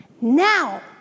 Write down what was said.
Now